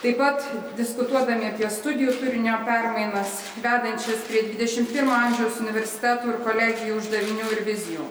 taip pat diskutuodami apie studijų turinio permainas vedančias prie dvidešimt pirmo amžiaus universitetų ir kolegijų uždavinių ir vizijų